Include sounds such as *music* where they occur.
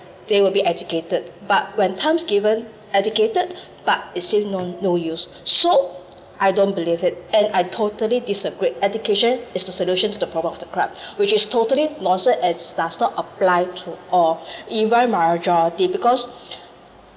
they will be educated but when times given educated but it says no no use so I don't believe it and I totally disagree education is the solution to the problem of the crime *breath* which is totally nonsense as does not apply to all even majority because *breath*